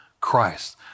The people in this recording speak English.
Christ